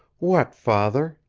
what, father,